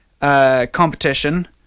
competition